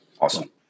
Awesome